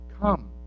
Come